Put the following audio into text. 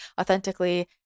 authentically